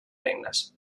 regnes